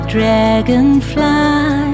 dragonfly